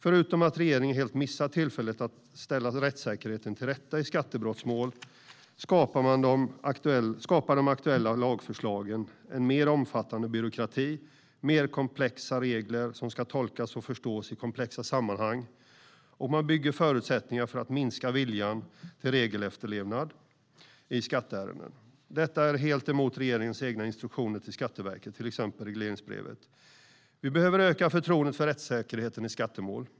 Förutom att regeringen helt missar tillfället att ställa rättssäkerheten till rätta i skattebrottsmål skapar de aktuella lagförslagen en mer omfattande byråkrati och mer komplexa regler som ska tolkas och förstås i komplexa sammanhang. Och man bygger förutsättningar för att minska viljan till regelefterlevnad i skatteärenden. Detta är helt emot regeringens egna instruktioner till Skatteverket, till exempel regleringsbrevet. Vi behöver öka förtroendet för rättssäkerheten i skattemål.